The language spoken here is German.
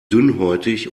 dünnhäutig